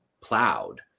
plowed